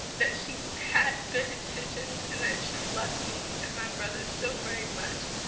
that she had good intentions and that she loved me and my brother so very much,